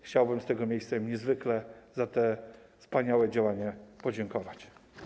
Chciałbym z tego miejsca im niezwykle za te wspaniałe działania podziękować.